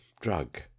drug